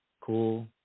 cool